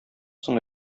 соң